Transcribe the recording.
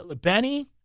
Benny